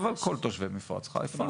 אבל כל תושבי מפרץ חיפה.